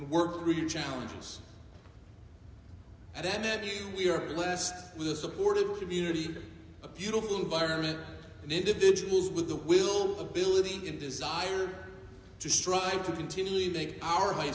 work through your challenges and then you we are blessed with a supportive community a beautiful environment an individuals with the will ability and desire to strive to continually make our high